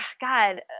God